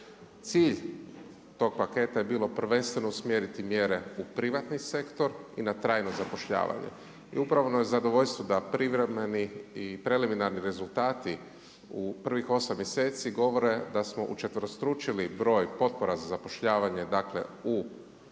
Cilj tog paketa je bilo prvenstveno usmjeriti mjere u privatni sektor i na trajno zapošljavanje. I upravo je zadovoljstvo da privremeni i preliminarni rezultati u prvih osam mjeseci govore da smo učetverostručili broj potpora za zapošljavanje, dakle u